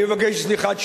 אני מבקש את סליחת שניכם,